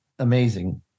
amazing